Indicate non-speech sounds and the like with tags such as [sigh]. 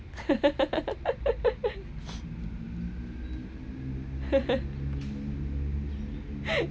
[laughs]